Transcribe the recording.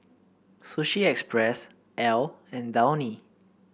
Sushi Express Elle and Downy